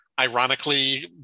ironically